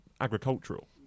agricultural